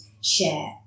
share